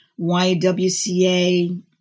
YWCA